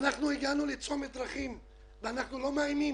הגענו לצומת דרכים ואנחנו לא מאיימים.